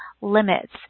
limits